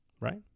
right